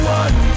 one